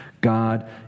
God